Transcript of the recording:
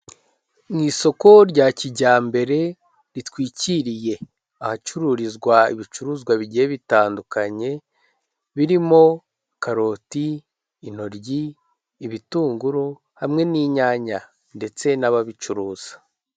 Mu isoko rya kijyambere, ritwikiriye ahacururizwa ibicuruzwa bigiye bitandukanye, birimo karoti, intoryi, ibitunguru, hamwe n'inyanya, ndetse n'ababicuruza.